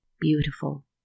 beautiful